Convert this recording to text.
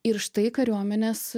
ir štai kariuomenės